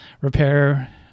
repair